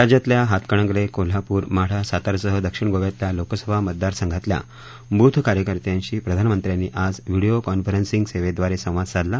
राज्यातल्या हातकणंगले कोल्हापूर माढा सातारसह दक्षिण गोव्यातल्या लोकसभा मतदारसंघांमधल्या बुथ कार्यकर्त्यांशी प्रधानमंत्र्यांनी आज व्हिडीओ कॉन्फरन्सींगद्वारे संवाद साधला